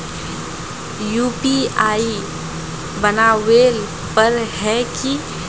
UPI बनावेल पर है की?